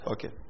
Okay